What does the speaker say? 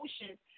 emotions